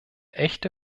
echte